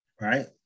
right